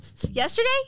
Yesterday